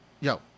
yo